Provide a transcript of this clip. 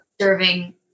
Serving